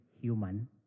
human